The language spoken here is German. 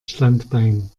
standbein